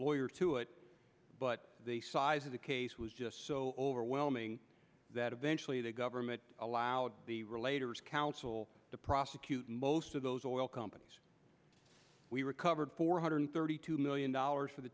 lawyer to it but the size of the case was just so overwhelming that eventually the government allowed the relator council to prosecute most of those oil companies we recovered four hundred thirty two million dollars for the